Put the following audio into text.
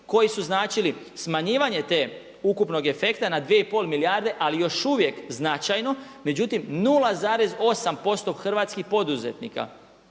koji su značili smanjivanje te ukupnog efekta na dvije i pol milijarde, ali još uvijek značajno. Međutim, 0,8% hrvatskih poduzetnika